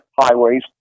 highways